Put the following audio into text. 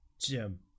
Jim